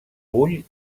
vull